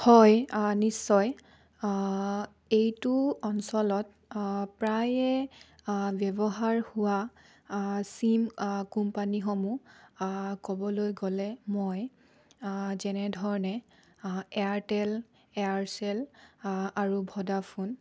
হয় নিশ্চয় এইটো অঞ্চলত প্ৰায়ে ব্যৱহাৰ হোৱা চিম কোম্পানীসমূহ ক'বলৈ গ'লে মই যেনেধৰণে এয়াৰটেল এয়াৰচেল আৰু ভদাফোন